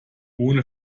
ohne